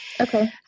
Okay